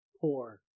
poor